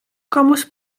komuś